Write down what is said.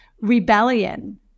rebellion